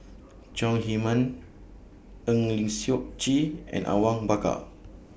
Chong Heman Eng Lee Seok Chee and Awang Bakar